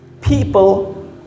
people